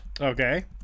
okay